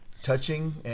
touching